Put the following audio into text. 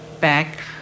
back